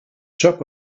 shop